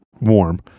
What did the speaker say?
warm